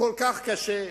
כל כך קשה,